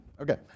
okay